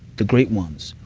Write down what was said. the great ones,